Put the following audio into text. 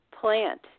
plant